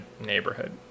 neighborhood